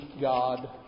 God